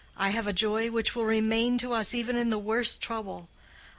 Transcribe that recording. i have a joy which will remain to us even in the worst trouble.